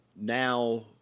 now